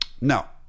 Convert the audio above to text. now